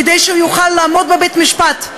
כדי שהוא יוכל לעמוד בבית-משפט,